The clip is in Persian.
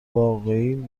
واقعی